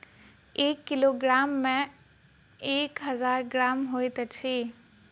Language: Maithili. एक किलोग्राम मे एक हजार ग्राम होइत अछि